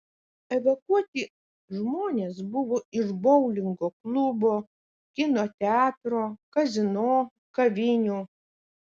evakuoti žmonės buvo iš boulingo klubo kino teatro kazino kavinių